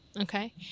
Okay